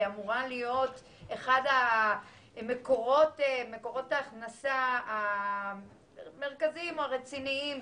קרן שאמורה להיות אחד ממקורות ההכנסה המרכזיים והרציניים